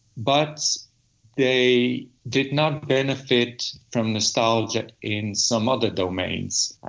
but they did not benefit from nostalgia in some other domains.